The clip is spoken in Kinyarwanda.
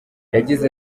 yagize